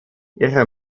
ihre